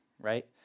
right